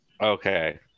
Okay